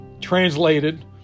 translated